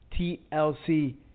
TLC